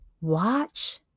watch